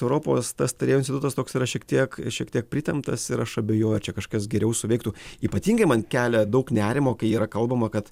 europos tas tarėjų institutas toks yra šiek tiek šiek tiek pritemptas ir aš abejoju ar čia kažkas geriau suveiktų ypatingai man kelia daug nerimo kai yra kalbama kad